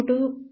224 అవుతుంది